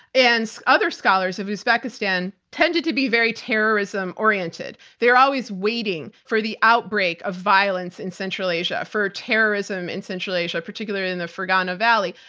and other scholars of uzbekistan tended to be very terrorism-oriented. they're always waiting for the outbreak of violence in central asia, for terrorism in central asia, particularly in the fergana valley,